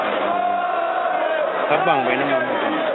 ए थाब बांबाय नामा होम्बा दामा